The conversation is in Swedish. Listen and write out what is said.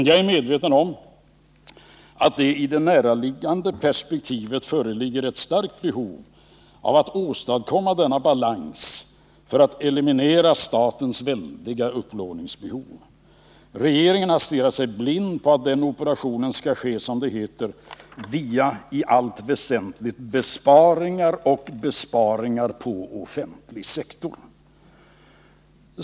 Jag är medveten om att det i det näraliggande perspektivet finns ett starkt behov av att åstadkomma denna balans för att eliminera statens väldiga upplåningsbehov. Regeringen har stirrat sig blind på att den operationen skall ske, som det heter, i allt väsentligt via besparingar, och besparingar på offentlig sektor.